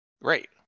Great